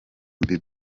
bieber